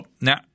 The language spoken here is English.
now